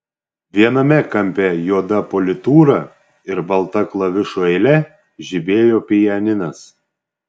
viename kampe juoda politūra ir balta klavišų eile žibėjo pianinas